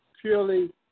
purely